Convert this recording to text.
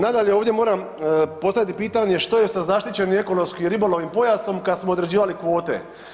Nadalje, ovdje moram postaviti pitanje što je sa zaštićenim ekonomskim ribolovnim pojasom kad smo određivali kvote?